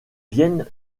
viennent